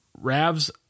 Rav's